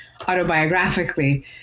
autobiographically